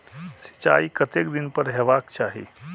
सिंचाई कतेक दिन पर हेबाक चाही?